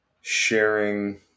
sharing